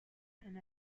and